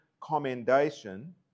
commendation